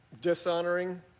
dishonoring